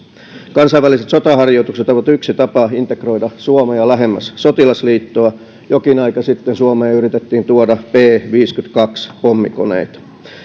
kansainväliset sotaharjoitukset ovat yksi tapa integroida suomea lähemmäs sotilasliittoa jokin aika sitten suomeen yritettiin tuoda b viisikymmentäkaksi pommikoneita